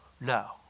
No